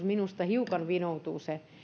minusta hiukan vinoutuu se